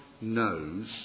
knows